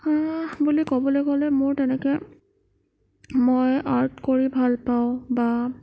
আহ বুলি ক'বলৈ গ'লে মোৰ তেনেকৈ মই আৰ্ট কৰি ভাল পাওঁ বা